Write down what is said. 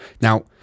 Now